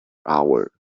hour